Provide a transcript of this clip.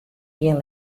gjin